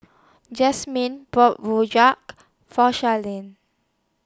Jasmin bought Rojak For Shirlene